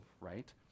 right